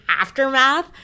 aftermath